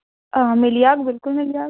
आं मिली जाह्ग बिल्कुल मिली जाह्ग